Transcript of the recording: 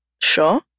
Sure